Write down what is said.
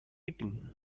eating